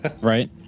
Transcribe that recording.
Right